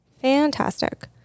Fantastic